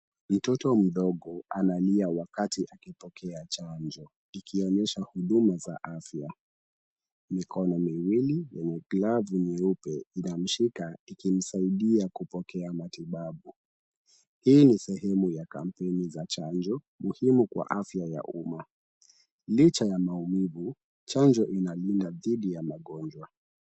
Mtoto mdogo, analia wakati akipokea chanjo, ikionyesha huduma za afya. Mikono miwili yenye glavu nyeupe inamshika ikimsaidia kupokea matibabu. Hii ni sehemu ya kampeni za chanjo, muhimu kwa afya ya umma. Licha ya maumivu, chanjo inalinda dhidi ya magonjwa.